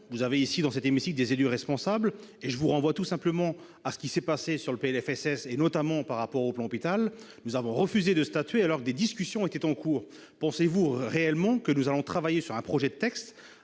qui siègent dans cet hémicycle sont des élus responsables. Pour preuve, je vous renvoie tout simplement à ce qui s'est passé lors de l'examen du PLFSS, notamment à propos du plan Hôpital : nous avons refusé de statuer alors que des discussions étaient en cours. Pensez-vous réellement que nous allons travailler sur un projet de texte